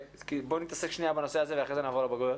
בוא נתעסק רגע בנושא הזה ואחר כך נעבור לבגרויות.